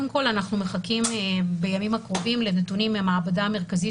מחכים בימים הקרובים לנתונים מהמעבדה המרכזית